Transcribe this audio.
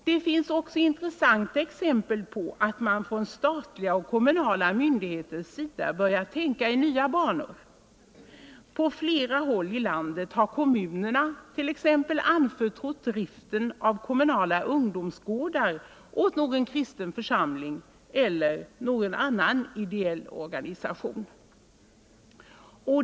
Det finns även intressanta exempel på att statliga och kommunala myndigheter börjat tänka i nya banor. På flera håll i landet har kommunerna anförtrott driften av kommunala ungdomsgårdar åt någon kristen församling eller någon annan ideell organisation.